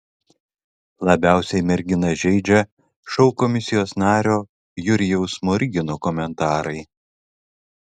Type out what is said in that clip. labiausiai merginą žeidžia šou komisijos nario jurijaus smorigino komentarai